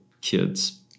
kids